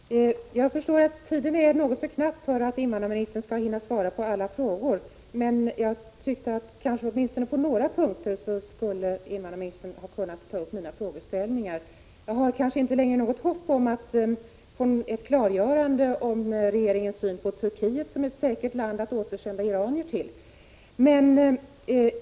Fru talman! Jag förstår att tiden är något för knapp för att invandrarministern skall kunna svara på allt, men jag tycker att invandrarministern åtminstone på några punkter skulle ha kunnat ta upp mina frågor. Jag har kanske inte längre något hopp om att få ett klarläggande av regeringens syn på Turkiet som ett säkert land att återsända iranier till.